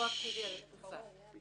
אני